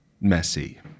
messy